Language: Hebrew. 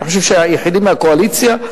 אני חושב שהיחידי מהקואליציה.